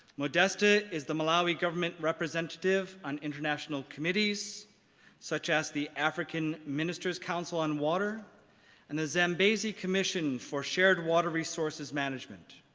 modesta is the malawi government representative on international committees such as the african ministers council on water and the zambezi commission for shared water resources management.